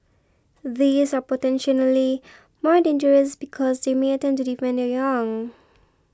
these are potentially more dangerous because they may attempt to defend their young